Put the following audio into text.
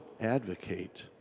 advocate